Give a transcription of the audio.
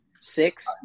Six